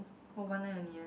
oh one line only ah